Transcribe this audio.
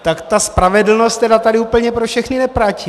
Tak ta spravedlnost tedy tady úplně pro všechny neplatí.